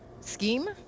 Scheme